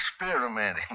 experimenting